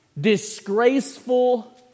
disgraceful